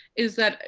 is that,